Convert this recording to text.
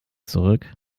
zurück